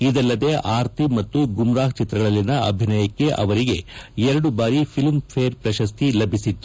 ಇದಲ್ಲದೇ ಆರ್ತಿ ಮತ್ತು ಗುಮ್ರಾಹ್ ಚಿತ್ರಗಳಲ್ಲಿನ ಅಭಿಯಾನಕ್ಕೆ ಅವರಿಗೆ ಎರಡು ಬಾರಿ ಫಿಲ್ಮ್ ಫೇರ್ ಪ್ರಶಸ್ತಿ ಲಭಿಸಿತ್ತು